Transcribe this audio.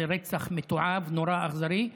זה רצח מתועב, נורא, אכזרי.